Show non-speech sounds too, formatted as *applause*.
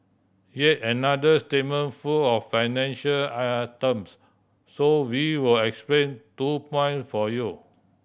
yet another statement full of financial *hesitation* terms so we will explain two point for you